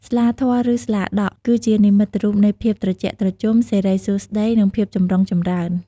ស្លាធម៌ ឬ ស្លាដក់ គឺជានិមិត្តរូបនៃភាពត្រជាក់ត្រជុំ សិរីសួស្តី និងភាពចម្រុងចម្រើន។